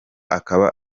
akaba